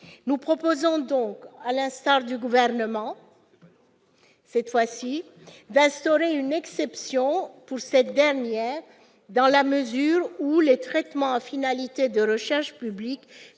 Nous proposons donc, à l'instar du Gouvernement, d'instaurer une exception pour cette dernière dans la mesure où les traitements à finalité de recherche publique